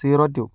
zero two